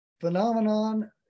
phenomenon